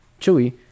Chewy